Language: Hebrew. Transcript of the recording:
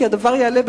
כי הדבר יעלה,